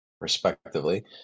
respectively